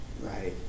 Right